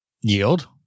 Yield